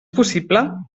possible